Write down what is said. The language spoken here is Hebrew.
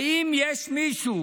האם יש מישהו